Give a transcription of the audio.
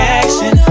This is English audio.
action